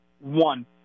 One